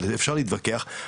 אפשר להתווכח,